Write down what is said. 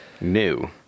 new